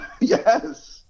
Yes